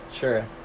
Sure